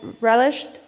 relished